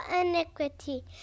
iniquity